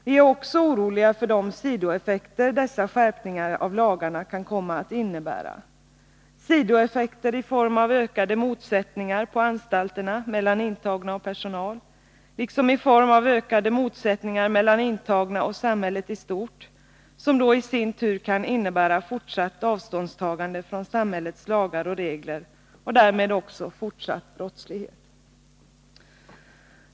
Vi är också oroliga för de sidoeffekter dessa skärpningar av lagarna kan komma att innebära — sidoeffekter i form av ökade motsättningar på anstalterna mellan intagna och personal liksom i form av ökade motsättningar mellan intagna och samhället i stort — som då i sin tur kan innebära fortsatt avståndstagande från samhällets lagar och regler och därmed också fortsatt brottslighet.